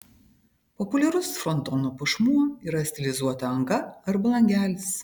populiarus frontono puošmuo yra stilizuota anga arba langelis